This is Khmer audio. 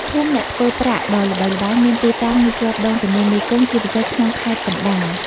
ភូមិអ្នកធ្វើប្រាក់ ដ៏ល្បីល្បាញមានទីតាំងនៅជាប់ដងទន្លេមេគង្គ ជាពិសេសក្នុងខេត្តកណ្តាល។